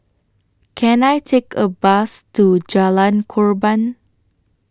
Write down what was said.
Can I Take A Bus to Jalan Korban